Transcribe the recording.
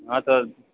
हाँ सर